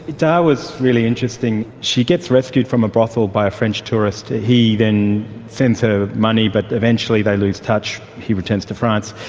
da was really interesting, she gets rescued from a brothel by a french tourist. he then sends her money but eventually they lose touch, he returns to france.